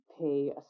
pay